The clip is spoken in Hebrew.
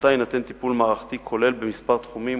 במסגרתה יינתן טיפול מערכתי כולל בכמה תחומים,